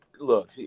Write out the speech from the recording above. look